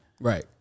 Right